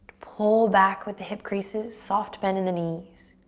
pull back with the hip creases, soft bend in the knees.